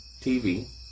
TV